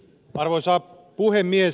arvoisa puhemies